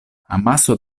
amaso